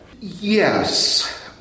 Yes